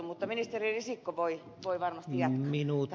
mutta ministeri risikko voi varmasti jatkaa